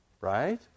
right